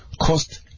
Cost